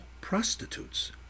prostitutes